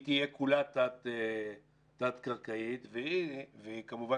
היא תהיה כולה תת קרקעית והיא כמובן